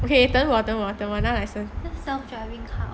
okay 等我等我等我拿 license